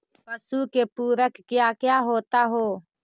पशु के पुरक क्या क्या होता हो?